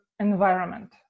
environment